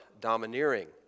domineering